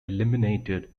eliminated